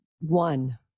one